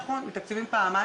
אנחנו משרד החינוך נדבר עם הספק,